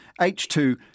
H2